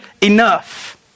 enough